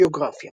ביוגרפיה